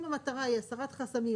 אם המטרה היא הסרת חסמים,